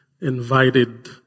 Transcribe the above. invited